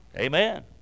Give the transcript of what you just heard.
Amen